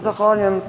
Zahvaljujem.